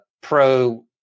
pro